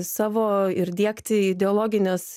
savo ir diegti ideologines